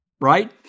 right